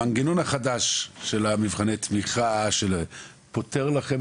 המנגנון החדש של מבחני התמיכה פותר לכם